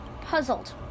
puzzled